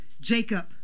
Jacob